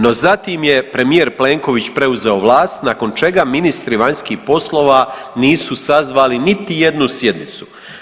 No, zatim je premijer Plenković preuzeo vlast nakon čega ministri vanjskih poslova nisu sazvali niti jednu sjednicu.